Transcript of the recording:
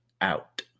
out